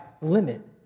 limit